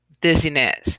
dizziness